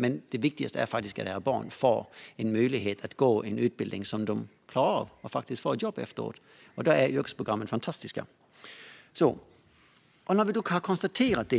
Men det viktigaste är att deras barn får en möjlighet att gå en utbildning som de klarar av så att de faktiskt får ett jobb efteråt. Där är yrkesprogrammen fantastiska. Vi har konstaterat